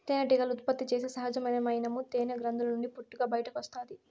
తేనెటీగలు ఉత్పత్తి చేసే సహజమైన మైనము తేనె గ్రంధుల నుండి పొట్టుగా బయటకు వస్తాది